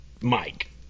Mike